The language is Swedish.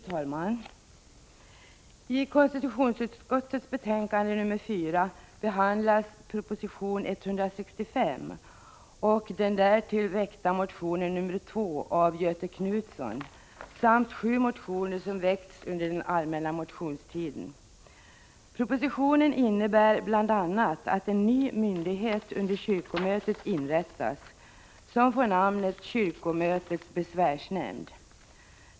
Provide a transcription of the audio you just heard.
Fru talman! I konstitutionsutskottets betänkande nr 4 behandlas proposition 165 och den därtill väckta motionen nr 2 av Göthe Knutson samt sju motioner som väckts under den allmänna motionstiden. Propositionen innebär bl.a. att en ny myndighet under kyrkomötet inrättas, som får namnet kyrkomötets besvärsnämnd.